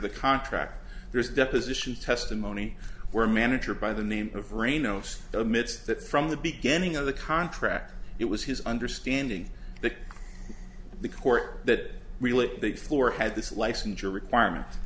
the contract there is deposition testimony where manager by the name of ray no ifs amidst that from the beginning of the contract it was his understanding that the court that really the floor had this licensure requirement